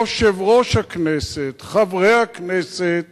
יושב-ראש הכנסת, חברי הכנסת.